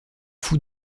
fou